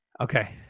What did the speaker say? Okay